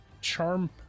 Charm